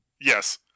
Yes